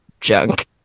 junk